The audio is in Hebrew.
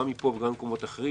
גם מפה וגם ממקומות אחרים.